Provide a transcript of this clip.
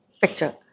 picture